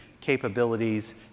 capabilities